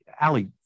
Ali